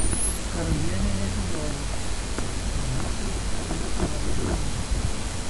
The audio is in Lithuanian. karalienė nežinojo kad eunuchai turi savo deivę